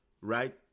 right